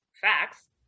facts